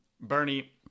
Bernie